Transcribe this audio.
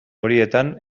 horietan